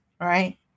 right